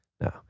No